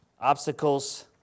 obstacles